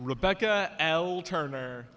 rebecca turner